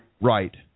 Right